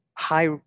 high